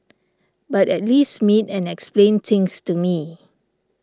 but at least meet and explain things to me